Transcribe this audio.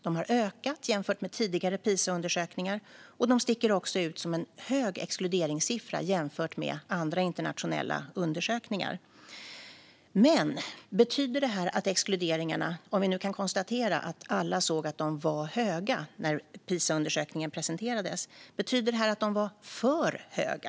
De har ökat jämfört med tidigare Pisaundersökningar. De sticker också ut som en hög exkluderingssiffra i jämförelse med andra internationella undersökningar. Om vi nu kan konstatera att alla såg att exkluderingssiffrorna var höga när resultatet av Pisaundersökningen presenterades, betyder det att de var för höga?